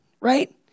right